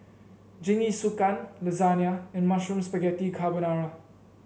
Jingisukan Lasagna and Mushroom Spaghetti Carbonara